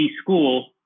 school